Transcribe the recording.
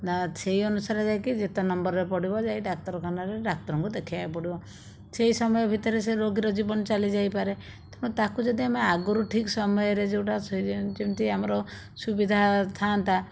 ନା ସେହି ଅନୁସାରେ ଯାଇକି ଯେତେ ନମ୍ବରରେ ପଡ଼ିବ ଯାଇ ଡାକ୍ତରଖାନାରେ ଡାକ୍ତରଙ୍କୁ ଦେଖେଇବାକୁ ପଡ଼ିବ ସେହି ସମୟ ଭିତରେ ସେହି ରୋଗୀର ଜୀବନ ଚାଲି ଯାଇପାରେ ତେଣୁ ତାକୁ ଯଦି ଆମେ ଆଗରୁ ଠିକ୍ ସମୟରେ ଯେଉଁଟା ଯେମିତି ଆମର ସୁବିଧା ଥାନ୍ତା